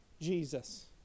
Jesus